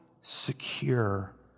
secure